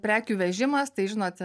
prekių vežimas tai žinot